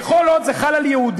רק כל עוד זה חל על יהודים,